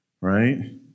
Right